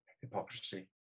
hypocrisy